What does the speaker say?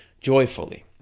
joyfully